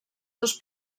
dos